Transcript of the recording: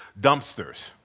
dumpsters